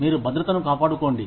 మీరు భద్రతను కాపాడుకోండి